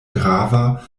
grava